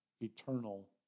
eternal